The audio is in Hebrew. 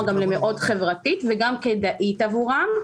גם למאוד חברתית וגם כן כדאית עבורם,